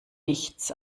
nichts